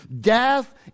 Death